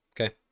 Okay